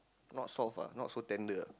not soft ah not so tender ah